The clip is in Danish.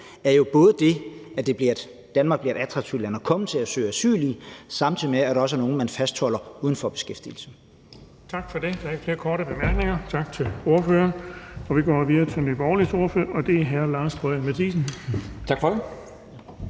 er jo det, at Danmark bliver et attraktivt land at komme til og søge asyl i, samtidig med at der også er nogle, man fastholder uden for beskæftigelse.